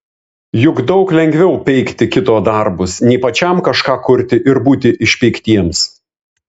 juk daug lengviau peikti kito darbus nei pačiam kažką kurti ir būti išpeiktiems